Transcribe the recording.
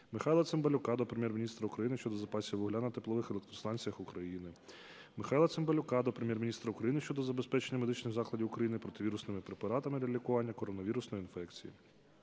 Михайла Цимбалюка до Прем'єр-міністра України щодо запасів вугілля на теплових електростанціях України. Михайла Цимбалюка до Прем'єр-міністра України щодо забезпечення медичних закладів України противірусними препаратами для лікування коронавірусної інфекції.